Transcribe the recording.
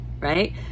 right